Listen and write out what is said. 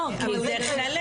לא, אבל זה חלק